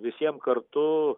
visiem kartu